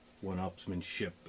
one-upsmanship